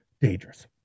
dangerous